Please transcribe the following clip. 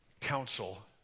counsel